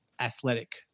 athletic